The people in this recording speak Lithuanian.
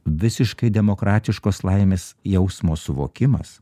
visiškai demokratiškos laimės jausmo suvokimas